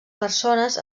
persones